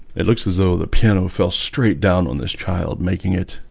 it looks as though the piano fell straight down on this child making it